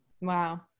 Wow